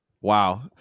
wow